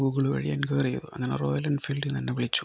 Google വഴി enquiry ചെയ്തു അങ്ങനെ റോയൽ എൻഫീൽഡിനെ തന്നെ വിളിച്ചു